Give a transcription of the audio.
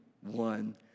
one